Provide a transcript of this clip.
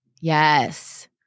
Yes